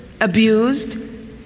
abused